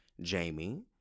Jamie